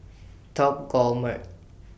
Top Gourmet